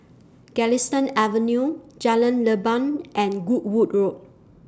Galistan Avenue Jalan Leban and Goodwood Road